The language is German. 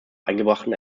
eingebrachten